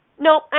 no